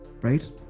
Right